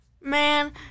Man